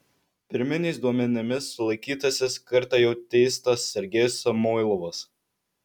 pirminiais duomenimis sulaikytasis kartą jau teistas sergejus samoilovas